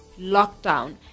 lockdown